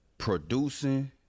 Producing